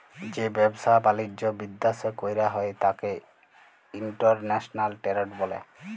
যে ব্যাবসা বালিজ্য বিদ্যাশে কইরা হ্যয় ত্যাকে ইন্টরন্যাশনাল টেরেড ব্যলে